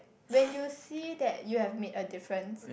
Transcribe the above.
when you see that you have made a difference